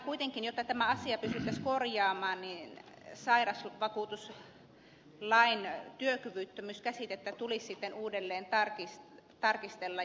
kuitenkin jotta tämä asia pystyttäisiin korjaamaan sairausvakuutuslain työkyvyttömyyskäsitettä tulisi uudelleen tarkistella